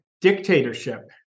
dictatorship